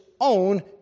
own